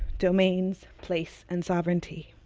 domains, place, and sovereignty.